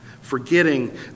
forgetting